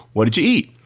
what did you eat?